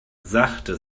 sachte